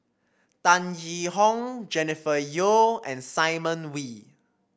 Tan Yee Hong Jennifer Yeo and Simon Wee